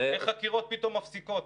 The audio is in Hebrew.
איך חקירות פתאום מפסיקות?